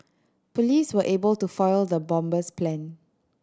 police were able to foil the bomber's plan